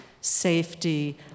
safety